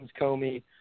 comey